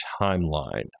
timeline